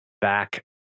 back